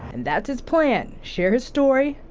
and that's his plan, share his story,